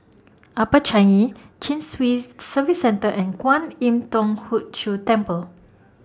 Upper Changi Chin Swee Service Centre and Kwan Im Thong Hood Cho Temple